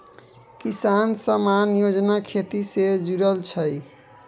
किसान सम्मान योजना खेती से जुरल छै